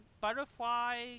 butterfly